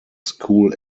school